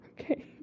Okay